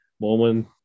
moment